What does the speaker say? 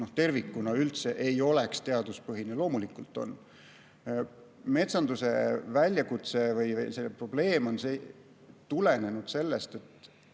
tervikuna ei oleks teaduspõhine. Loomulikult on. Metsanduse väljakutse või probleem on tulenenud sellest, et